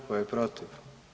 Tko je protiv?